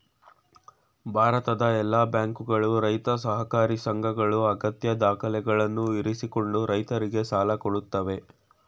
ಭಾರತದ ಎಲ್ಲಾ ಬ್ಯಾಂಕುಗಳು, ರೈತ ಸಹಕಾರಿ ಸಂಘಗಳು ಅಗತ್ಯ ದಾಖಲೆಗಳನ್ನು ಇರಿಸಿಕೊಂಡು ರೈತರಿಗೆ ಸಾಲ ಕೊಡತ್ತವೆ